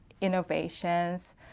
innovations